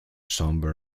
sombre